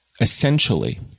essentially